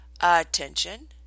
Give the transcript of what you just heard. Attention